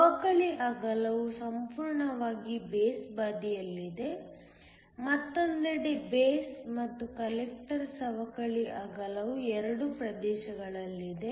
ಸವಕಳಿ ಅಗಲವು ಸಂಪೂರ್ಣವಾಗಿ ಬೇಸ್ ಬದಿಯಲ್ಲಿದೆ ಮತ್ತೊಂದೆಡೆ ಬೇಸ್ ಮತ್ತು ಕಲೆಕ್ಟರ್ ಸವಕಳಿ ಅಗಲವು ಎರಡೂ ಪ್ರದೇಶಗಳಲ್ಲಿದೆ